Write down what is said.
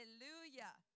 Hallelujah